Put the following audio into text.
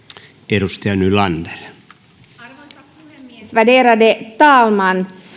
arvoisa puhemies värderade talman